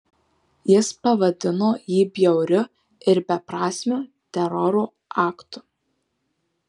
jis pavadino jį bjauriu ir beprasmiu teroro aktu